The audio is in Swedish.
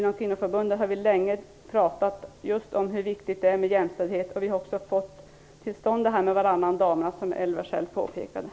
Inom Kvinnoförbundet har vi länge pratat om hur viktigt det är med jämställdhet, och vi har också fått till stånd varannan damernas, vilket Elver Jonsson själv påpekade.